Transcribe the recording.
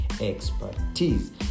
expertise